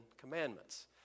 Commandments